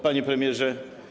Panie Premierze!